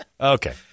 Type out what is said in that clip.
Okay